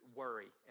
worry